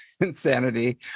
insanity